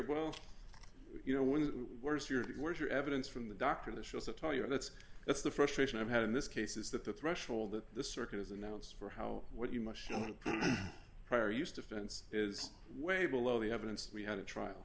but you know when it wears your where's your evidence from the doctor that shows that tell you that's that's the frustration i've had in this case is that the threshold that the circuit has announced for how what you must prior used offense is way below the evidence we had a trial